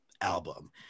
album